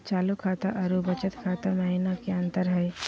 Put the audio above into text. चालू खाता अरू बचत खाता महिना की अंतर हई?